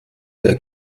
der